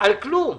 על כלום.